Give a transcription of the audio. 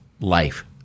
life